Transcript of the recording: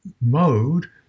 mode